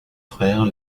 frères